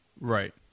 Right